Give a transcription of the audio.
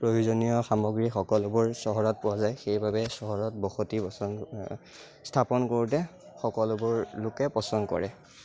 প্ৰয়োজনীয় সামগ্ৰী সকলোবোৰ চহৰত পোৱা যায় সেইবাবে চহৰত বসতিও স্থাপন কৰোঁতে সকলোবোৰ লোকে পচন্দ কৰে